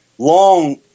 long